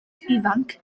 ifanc